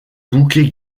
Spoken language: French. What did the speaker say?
bouquet